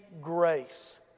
grace